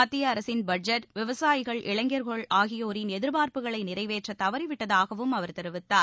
மத்திய அரசின் பட்ஜெட் விவசாயிகள் இளைஞர்கள் ஆகியோரின் எதிர்பார்ப்புகளை நிறைவேற்ற தவறி விட்டதாகவும் கூறினார்